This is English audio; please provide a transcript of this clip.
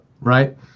right